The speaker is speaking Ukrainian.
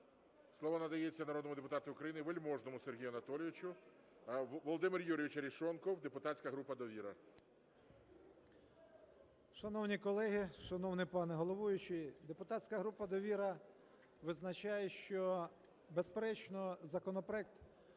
Слово надається народному депутату України Вельможному Сергію Анатолійовичу. Володимир Юрійович Арешонков, депутатська група "Довіра". 13:46:35 АРЕШОНКОВ В.Ю. Шановні колеги, шановний пане головуючий, депутатська група "Довіра" визначає, що, безперечно, законопроект,